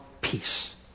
peace